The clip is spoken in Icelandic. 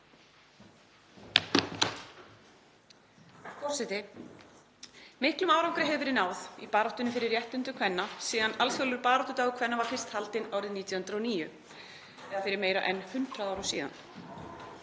Forseti. Miklum árangri hefur verið náð í baráttunni fyrir réttindum kvenna síðan alþjóðlegur baráttudagur kvenna var fyrst haldinn árið 1909, fyrir meira en 100 árum síðan.